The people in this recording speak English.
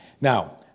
Now